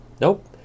Nope